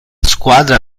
squadra